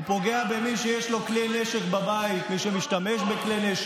הוא פוגע במי שיש לו כלי בבית, מי שמשתמש בכלי.